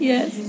Yes